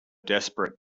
desperate